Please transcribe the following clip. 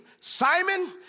Simon